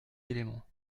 éléments